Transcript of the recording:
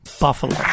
Buffalo